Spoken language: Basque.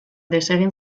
desegin